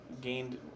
gained